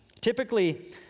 Typically